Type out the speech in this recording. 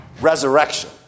resurrection